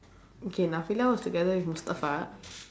okay was together with mustafa